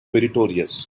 meritorious